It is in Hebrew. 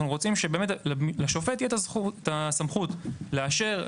לשופט תהיה הסמכות לאשר,